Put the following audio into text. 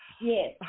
Yes